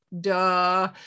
Duh